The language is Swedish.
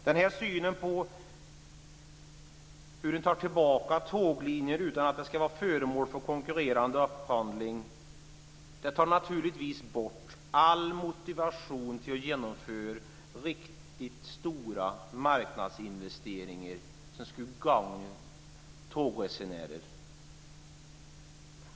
Den här synen på hur man tar tillbaka tåglinjer utan att vara föremål för konkurrerande upphandling tar naturligtvis bort all motivation att genomföra riktigt stora marknadsinvesteringar som skulle gagna tågresenärerna.